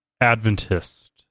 Adventist